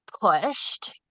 pushed